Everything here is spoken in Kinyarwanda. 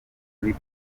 kuri